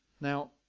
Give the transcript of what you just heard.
Now